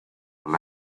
were